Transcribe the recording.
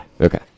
Okay